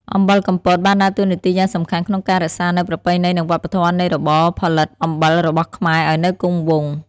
អំបិលកំពតបានដើរតួនាទីយ៉ាងសំខាន់ក្នុងការរក្សានូវប្រពៃណីនិងវប្បធម៌នៃរបរផលិតអំបិលរបស់ខ្មែរឲ្យនៅគង់វង្ស។